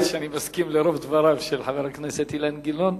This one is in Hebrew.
האמת שאני מסכים לרוב דבריו של חבר הכנסת אילן גילאון.